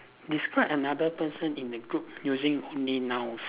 describe another person in the group using only nouns